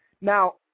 Now